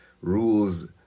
rules